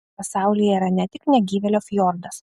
pasaulyje yra ne tik negyvėlio fjordas